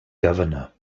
governor